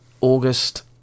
August